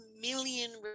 million